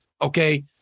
Okay